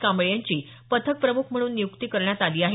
कांबळे यांची पथक प्रम्ख म्हणून नियुक्ती करण्यात आली आहे